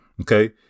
okay